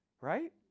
Right